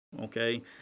okay